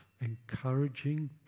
encouraging